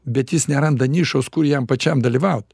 bet jis neranda nišos kur jam pačiam dalyvaut